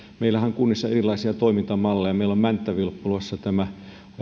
meillähän on kunnissa erilaisia toimintamalleja meillä on mänttä vilppulassa tämä